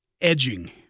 edging